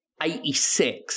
86